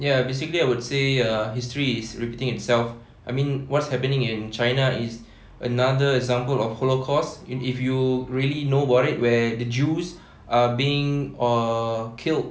ya basically I would say uh history is repeating itself I mean what's happening in china is another example of holocaust in if you really know about it where the jews are being uh killed